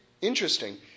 interesting